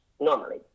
Normally